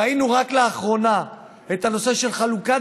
ראינו רק לאחרונה את הנושא של חלוקת